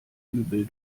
übel